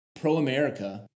pro-America